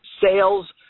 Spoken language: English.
sales